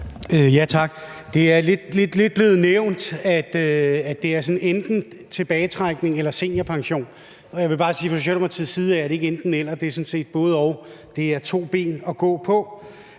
Det er lidt blevet nævnt, at det enten er tilbagetrækning eller seniorpension, og jeg vil bare sige, at det fra socialdemokratisk